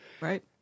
Right